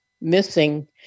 missing